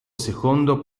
secondo